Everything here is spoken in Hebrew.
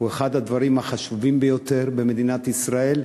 הוא אחד הדברים החשובים ביותר במדינת ישראל,